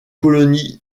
colonies